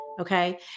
Okay